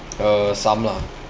uh some lah